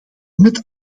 met